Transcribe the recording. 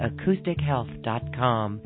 AcousticHealth.com